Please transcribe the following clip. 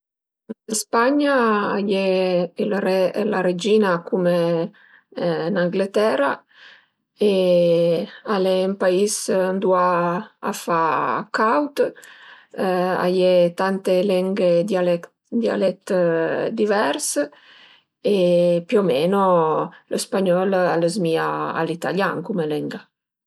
Ën Spagna a ie ël re e la regin-a cume ën Angletera e al e ün pais ëndua a fa caud, a ie tante lenghe e dialèt divers e più o meno lë spagnöl a zmìa a l'italian cume lenga